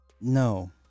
no